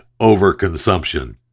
overconsumption